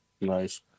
Nice